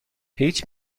هیچ